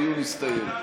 הדיון הסתיים.